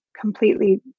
completely